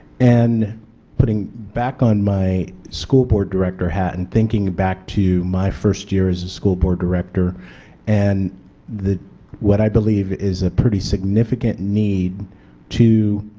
and putting back on my school board director hat, and thinking back to my first year's ah school board director and what i believe is a pretty significant need to